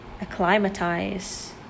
acclimatize